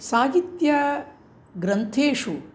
साहित्यग्रन्थेषु